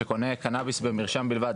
שקונה קנביס במרשם בלבד,